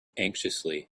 anxiously